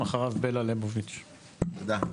תודה.